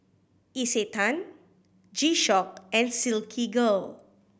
Isetan G Shock and Silkygirl